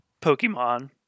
pokemon